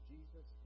Jesus